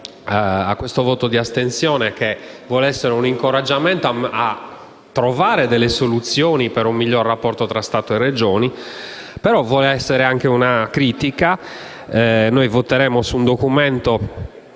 a questo voto di astensione, che vuole essere un incoraggiamento a trovare delle soluzioni per un migliore rapporto tra Stato e Regioni, ma anche una critica. Noi voteremo su un documento